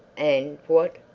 and what,